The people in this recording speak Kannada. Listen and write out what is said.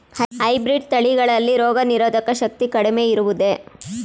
ಹೈಬ್ರೀಡ್ ತಳಿಗಳಲ್ಲಿ ರೋಗನಿರೋಧಕ ಶಕ್ತಿ ಕಡಿಮೆ ಇರುವುದೇ?